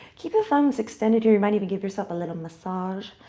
keep the thumbs extended here. you might even give yourself a little massage.